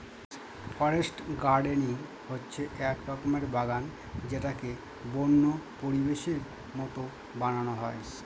forest gardening হচ্ছে এক রকমের বাগান যেটাকে বন্য পরিবেশের মতো বানানো হয়